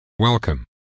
Welcome